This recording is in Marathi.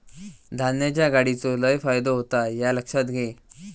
धान्याच्या गाडीचो लय फायदो होता ह्या लक्षात घे